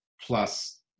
plus